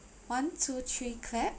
one two three clap